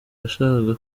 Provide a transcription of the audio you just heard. yashakaga